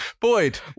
Boyd